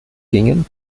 gingen